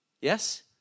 Yes